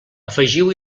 afegiu